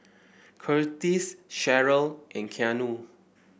Curtiss Cheryll and Keanu